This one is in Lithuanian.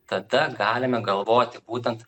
tada galime galvoti būtent